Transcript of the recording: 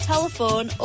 telephone